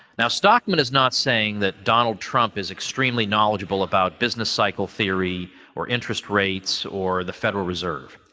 now, stockman is not saying that donald trump is extremely knowledgeable about business cycle theory or interest rates or the federal reserve.